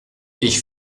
ich